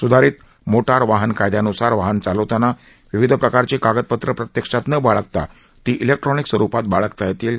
सुधारित मोटार वाहन कायद्यान्सार वाहन चालवताना विविध प्रकारची कागदपत्र प्रत्यक्षात न बाळगता ती इलेक्ट्रोनिक स्वरुपात बाळगता येतील